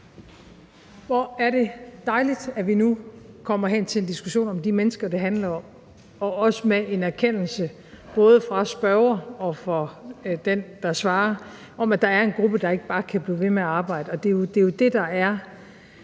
Hvor er det dejligt, at vi nu kommer hen til en diskussion om de mennesker, det handler om, og med en erkendelse fra både spørger og den, der svarer, af, at der er en gruppe, der ikke bare kan blive ved med at arbejde. Det er jo det, der er